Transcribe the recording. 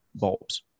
bulbs